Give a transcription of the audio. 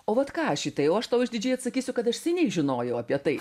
o vat ką šitai o aš tau išdidžiai atsakysiu kad aš seniai žinojau apie tai